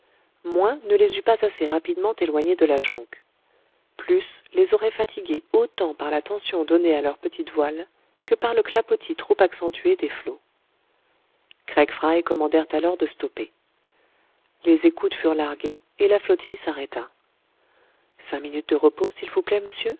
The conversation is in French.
moins ne les eût pas assez rapidement éloignés de la jonque plus les aurait fatigués autant par la tension donnée à leur petite voile que par le clapotis trop accentué des flots craig fry commandèrent alors de stopper les écoutes furent larguées et la flottille s'arrêta cinq minutes de repos s'il vous plaît monsieur